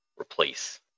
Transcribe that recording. replace